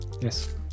Yes